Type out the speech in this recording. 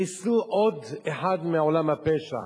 חיסלו עוד אחד מעולם הפשע.